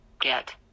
GET